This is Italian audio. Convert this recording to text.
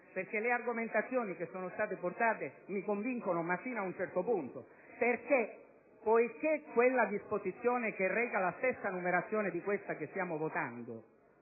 le argomentazioni portate mi convincono, ma fino ad un certo punto. Poiché quella disposizione che reca la stessa numerazione di questa che stiamo votando